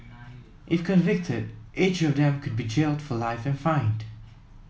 if convicted each of them could be jailed for life and fined